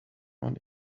one